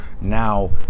now